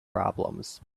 problems